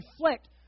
reflect